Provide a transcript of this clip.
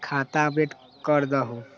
खाता अपडेट करदहु?